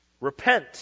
Repent